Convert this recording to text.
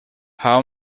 how